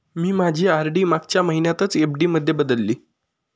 मी माझी आर.डी मागच्या महिन्यातच एफ.डी मध्ये बदलली